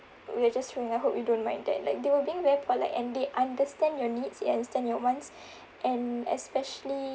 we were just trying I hope you don't mind that like they were being very polite and they understand your needs they understand your wants and especially